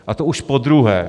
A to už podruhé.